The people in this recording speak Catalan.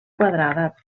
quadrada